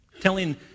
telling